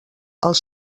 els